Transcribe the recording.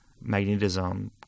magnetism